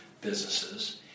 businesses